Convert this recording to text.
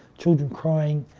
children crying.